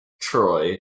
Troy